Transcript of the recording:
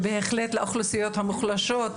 ובהחלט לאוכלוסיות המוחלשות,